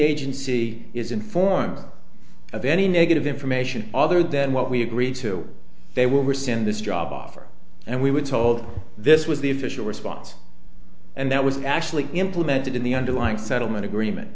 agency is informed of any negative information other than what we agreed to they were send this job offer and we were told this was the official response and that was actually implemented in the underlying settlement agreement